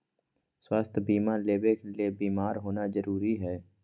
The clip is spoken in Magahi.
स्वास्थ्य बीमा लेबे ले बीमार होना जरूरी हय?